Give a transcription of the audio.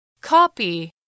copy